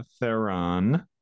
Theron